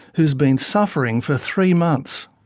who's been suffering for three months.